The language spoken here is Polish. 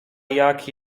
jak